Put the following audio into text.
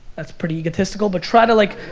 that's pretty egotistical, but try to like